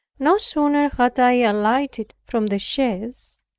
no sooner had i alighted from the chaise,